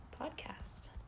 podcast